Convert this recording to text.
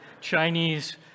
Chinese